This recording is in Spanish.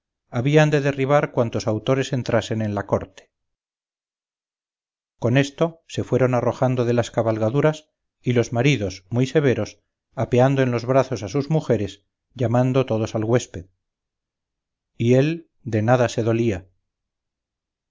habían de derribar cuantos autores entrasen en la corte con esto se fueron arrojando de las cabalgaduras y los maridos muy severos apeando en los brazos a sus mujeres llamando todos al güésped y él de nada se dolía